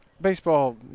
baseball